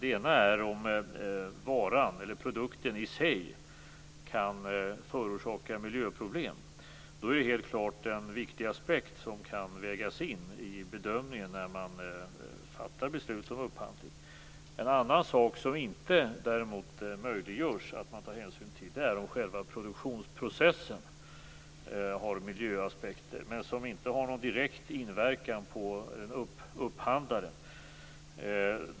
Det ena är om varan eller produkten i sig kan förorsaka miljöproblem. Då är det helt klart en viktig aspekt som kan vägas in i bedömningen när man fattar beslut om upphandling. En annan sak är det däremot inte möjligt att ta hänsyn till. Det är om själva produktionsprocessen har miljöaspekter men som inte har någon direkt inverkan på upphandlaren.